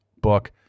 book